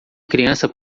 criança